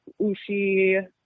Ushi